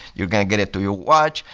you're going to get it to your watch.